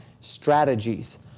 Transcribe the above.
strategies